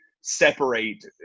separate